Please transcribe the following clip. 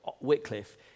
Wycliffe